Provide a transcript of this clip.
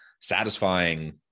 satisfying